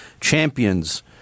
Champions